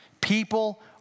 People